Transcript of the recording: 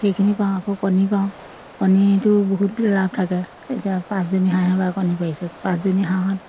সেইখিনি পাওঁ আকৌ কণী পাওঁ কণীতো বহুত লাভ থাকে এতিয়া পাঁচজনী হাঁহে বা কণী পাৰিছে পাঁচজনী হাঁহত